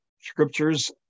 scriptures